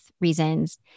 reasons